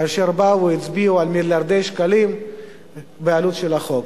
כאשר באו והצביעו על מיליארדי שקלים בעלות של החוק.